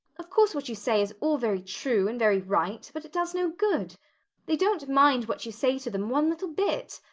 of course what you say is all very true and very right but it does no good they don't mind what you say to them one little bit.